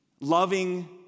Loving